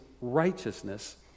righteousness